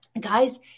Guys